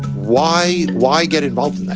why? why get involved? and